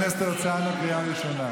חבר הכנסת הרצנו, קריאה ראשונה.